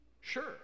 Sure